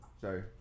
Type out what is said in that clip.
sorry